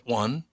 one